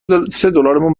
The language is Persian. دلارمون